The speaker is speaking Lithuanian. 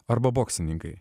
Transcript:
arba boksininkai